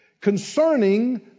Concerning